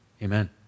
Amen